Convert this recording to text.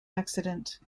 accident